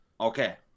okay